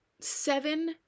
seven